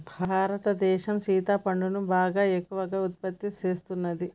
భారతదేసం సింతపండును బాగా ఎక్కువగా ఉత్పత్తి సేస్తున్నది